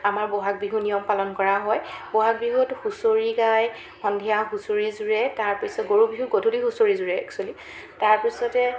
আমাৰ বহাগ বিহু নিয়ম পালন কৰা হয় বহাগ বিহুত হুঁচৰি গায় সন্ধিয়া হুঁচৰি জোৰে তাৰপিছত গৰু বিহু গধূলি হুঁচৰি জোৰে এক্সোৱেলি তাৰপিছতে